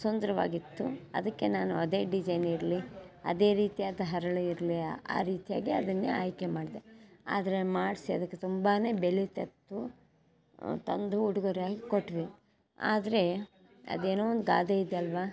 ಸುಂದರವಾಗಿತ್ತು ಅದಕ್ಕೆ ನಾನು ಅದೇ ಡಿಝೈನ್ ಇರಲಿ ಅದೇ ರೀತಿಯಾದ ಹರಳು ಇರಲಿ ಆ ರೀತಿಯಾಗಿ ಅದನ್ನೇ ಆಯ್ಕೆ ಮಾಡಿದೆ ಆದರೆ ಮಾಡಿಸಿ ಅದಕ್ಕೆ ತುಂಬಾ ಬೆಲೆ ತೆತ್ತು ತಂದು ಉಡುಗೊರೆಯಾಗಿ ಕೊಟ್ವಿ ಆದರೆ ಅದೇನೋ ಒಂದು ಗಾದೆ ಇದೆ ಅಲ್ಲವಾ